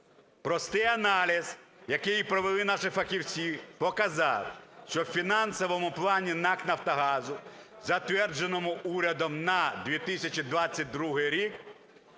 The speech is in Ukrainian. Простий аналіз, який провели наші фахівці, показав, що у фінансовому плані НАК "Нафтогазу", затвердженому урядом на 2022 рік,